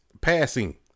passing